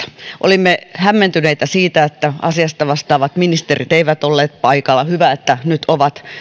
olimme hämmentyneitä siitä että asiasta vastaavat ministerit eivät olleet paikalla hyvä että nyt ovat ja